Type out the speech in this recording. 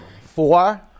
four